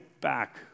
back